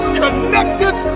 connected